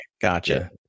gotcha